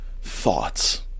Thoughts